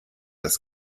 das